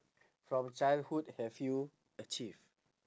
from childhood have you achieve